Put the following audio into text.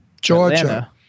Georgia